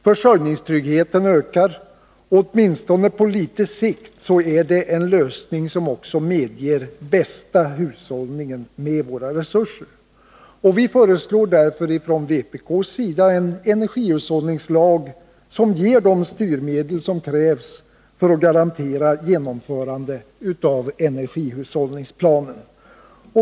Försörjningstryggheten ökar och åtminstone på litet sikt är det en lösning som också medger bästa hushållningen med våra resurser. Vi föreslår därför från vpk:s sida en energihushållningslag som ger de styrmedel som krävs för att garantera genomförandet av energihushållningsplanen.